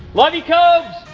love you, cobes!